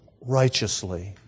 righteously